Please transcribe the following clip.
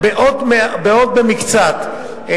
עוד במקצת,